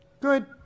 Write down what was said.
Good